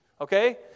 Okay